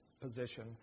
position